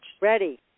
ready